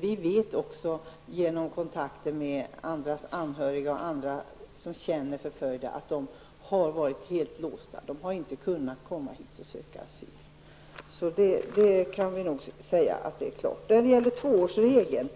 Vi vet dock genom kontakter med anhöriga och andra som känner förföljda att de har varit helt låsta. De har inte kunnat komma hit och söka asyl. När det gäller tvåårsregeln